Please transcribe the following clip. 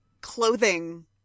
clothing